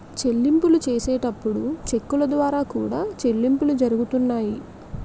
చెల్లింపులు చేసేటప్పుడు చెక్కుల ద్వారా కూడా చెల్లింపులు జరుగుతున్నాయి